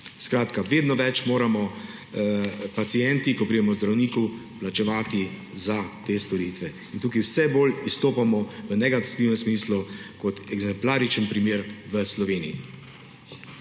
Skratka, vedno več moramo pacienti, ko pridemo k zdravniku, plačevati za te storitve. In tukaj vse bolj izstopamo v negativnem smislu kot eksemplarični primer v Sloveniji.